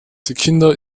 kinder